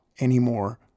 anymore